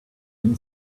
been